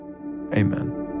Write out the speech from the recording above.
amen